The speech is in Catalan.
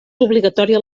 obligatòria